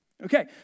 Okay